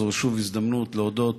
זאת שוב הזדמנות להודות